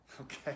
okay